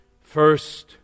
first